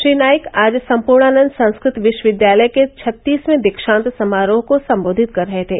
श्री नाईक आज सम्पूर्णानन्द संस्कृत विश्वविद्यालय के छत्तीसवें दीक्षांत समारोह को सम्बोधित कर रहे थे